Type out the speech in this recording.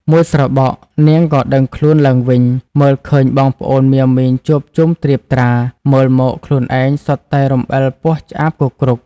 មួយស្របក់ នាងក៏ដឹងខ្លួនឡើងវិញ មើលឃើញបងប្អូនមាមីងជួបជុំត្រៀបត្រា មើលមក ខ្លួនឯងសុទ្ធតែរំអិលពស់ឆ្អាបគគ្រុក។